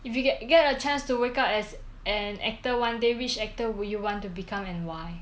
if you get you get a chance to wake up as an actor one day which actor will you want to become and why